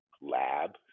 lab